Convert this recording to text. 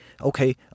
okay